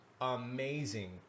amazing